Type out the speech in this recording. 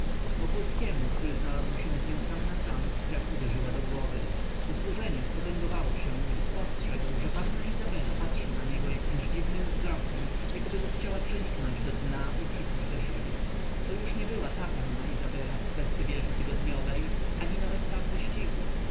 wokulskiemu kiedy znalazł się z nią samnasam krew uderzyła do głowy wzburzenie spotęgowało się gdy spostrzegł że panna izabela patrzy na niego jakimś dziwnym wzrokiem jakby go chciała przeniknąć do dna i przykuć do siebie to już nie była ta panna izabela z kwesty wielko-tygodniowej ani nawet z wyścigów